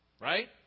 Right